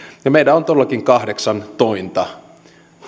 meillä on todellakin kahdeksan tointa